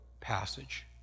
passage